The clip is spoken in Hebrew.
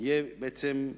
יהיה בעצם,